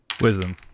Wisdom